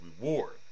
reward